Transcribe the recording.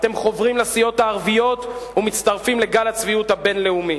אתם חוברים לסיעות הערביות ומצטרפים לגל הצביעות הבין-לאומי.